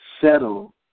settle